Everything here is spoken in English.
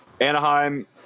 Anaheim